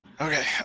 Okay